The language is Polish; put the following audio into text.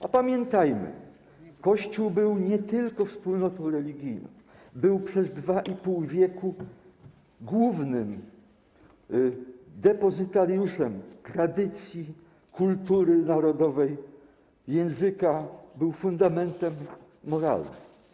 A pamiętajmy, że Kościół był nie tylko wspólnotą religijną, był przez 2,5 wieku głównym depozytariuszem tradycji, kultury narodowej, języka, był fundamentem moralnym.